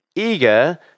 eager